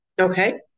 Okay